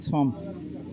सम